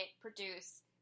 produce